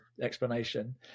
explanation